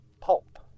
pulp